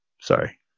Sorry